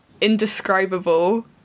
indescribable